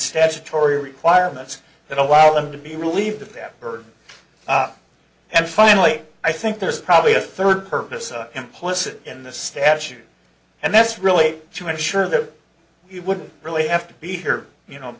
statutory requirements that allow them to be relieved of their burden and finally i think there's probably a third purpose implicit in this statute and that's really to ensure that we wouldn't really have to be here you know